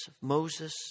Moses